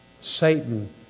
Satan